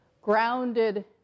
grounded